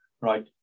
right